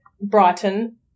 Brighton